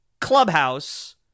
clubhouse